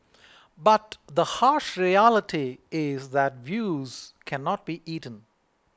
but the harsh reality is that views cannot be eaten